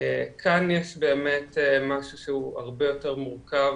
כאן יש באמת משהו שהוא הרבה יותר מורכב,